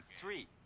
three